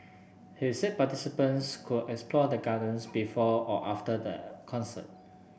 he said participants could explore the Gardens before or after the concert